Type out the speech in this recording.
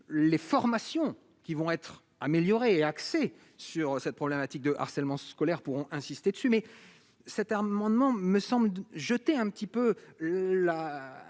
les formations qui vont être améliorés axés sur cette problématique de harcèlement scolaire pourront insister dessus mais cette amendement me semble jeter un petit peu là